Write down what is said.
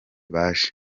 baje